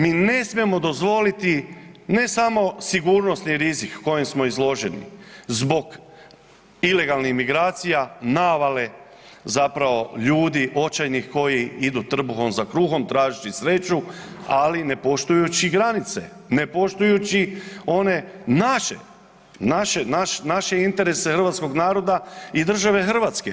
Mi ne smijemo dozvoliti ne samo sigurnosni rizik kojem smo izloženi zbog ilegalnih emigracija, navale zapravo ljudi očajnih koji idu trbuhom za kruhom tražeći sreću ali ne poštujući granice, ne poštujući one naše interese Hrvatskoga naroda i države Hrvatske.